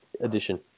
edition